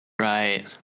Right